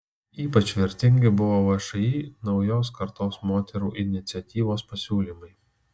ypač vertingi buvo všį naujos kartos moterų iniciatyvos pasiūlymai